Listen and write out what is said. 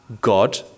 God